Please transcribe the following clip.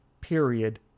Period